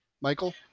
Michael